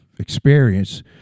experience